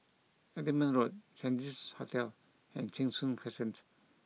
Edinburgh Road Saint Regis Hotel and Cheng Soon Crescent